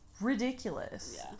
ridiculous